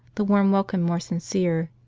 the warm welcome more sincere.